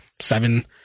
seven